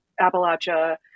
appalachia